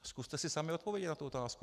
Zkuste si sami odpovědět na tu otázku.